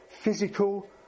physical